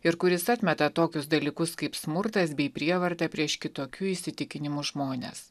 ir kuris atmeta tokius dalykus kaip smurtas bei prievarta prieš kitokių įsitikinimų žmones